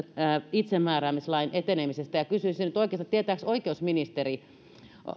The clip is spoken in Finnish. itsemääräämislain etenemisestä ja kysyisin nyt oikeasti että tietääkö oikeusministeri